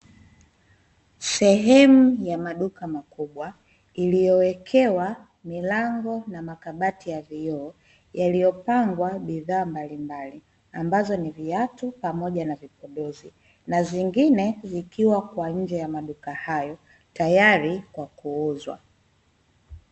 Sehemu ya maduka makubwa iliyowekewa milango na makabati ya vioo yaliyopangwa bidhaa mbalimbali ambazo ni viatu pamoja na vipodozi na zingine zikiwa kwa nje ya maduka hayo tayari kwa kuuzwa.